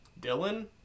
Dylan